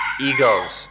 egos